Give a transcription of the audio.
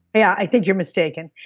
yeah, i think you're mistaking.